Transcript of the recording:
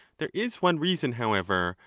there is one reason, however,